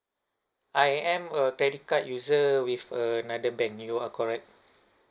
I am a credit card user with another bank you are correct